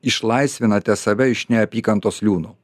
išlaisvinate save iš neapykantos liūnų